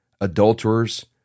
adulterers